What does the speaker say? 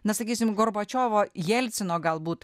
na sakysim gorbočiovo jielcino galbūt